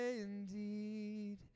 indeed